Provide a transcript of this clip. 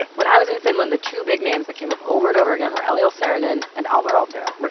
when i was in finland the two big names that came up over and over again were eliel saarinen and alvar aalto. right.